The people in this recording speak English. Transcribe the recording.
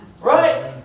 Right